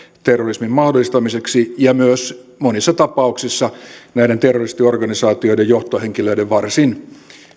terrorismin mahdollistamiseksi ja myös monissa tapauksissa näiden terroristiorganisaatioiden johtohenkilöiden varsin